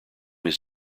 his